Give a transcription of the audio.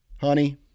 honey